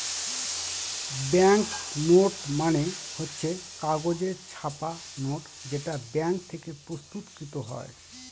bank note মানে হচ্ছে কাগজে ছাপা নোট যেটা ব্যাঙ্ক থেকে প্রস্তুত কৃত হয়